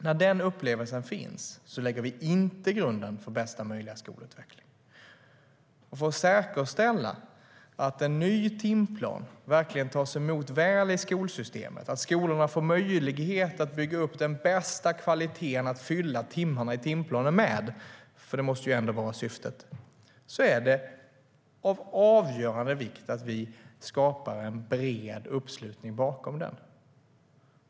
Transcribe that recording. När den upplevelsen finns lägger vi inte grunden för bästa möjliga skolutveckling. För att säkerställa att en ny timplan verkligen tas emot väl i skolsystemet, att skolorna får möjlighet att bygga upp den bästa kvaliteten att fylla timmarna i timplanen med - det måste ändå vara syftet - är det av avgörande vikt att vi skapar en bred uppslutning bakom den.